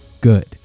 Good